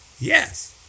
Yes